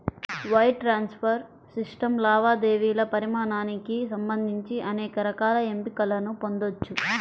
wire transfer system లావాదేవీల పరిమాణానికి సంబంధించి అనేక రకాల ఎంపికలను పొందొచ్చు